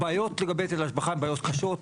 הבעיות לגבי היטל השבחה אין בעיות קשות.